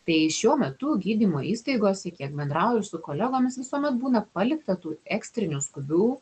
tai šiuo metu gydymo įstaigose kiek bendrauju su kolegomis visuomet būna palikta tų ekstrinių skubių